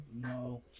No